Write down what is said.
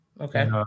Okay